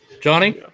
Johnny